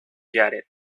jared